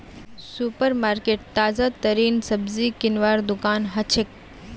super market ताजातरीन सब्जी किनवार दुकान हछेक